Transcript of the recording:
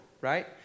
right